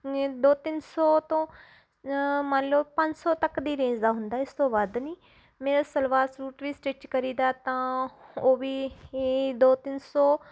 ਨ ਦੋ ਤਿੰਨ ਸੌ ਤੋਂ ਮੰਨ ਲਓ ਪੰਜ ਸੌ ਤੱਕ ਦੀ ਰੇਂਜ ਦਾ ਹੁੰਦਾ ਇਸ ਤੋਂ ਵੱਧ ਨਹੀਂ ਮੇਰਾ ਸਲਵਾਰ ਸੂਟ ਵੀ ਸਟਿਚ ਕਰੀਦਾ ਤਾਂ ਉਹ ਵੀ ਇਹ ਦੋ ਤਿੰਨ ਸੌ